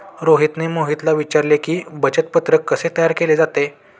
रोहितने मोहितला विचारले की, बचत पत्रक कसे तयार केले जाते?